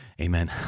amen